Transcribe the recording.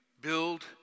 build